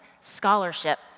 scholarship